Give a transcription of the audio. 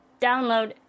download